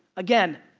again,